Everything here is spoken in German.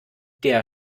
der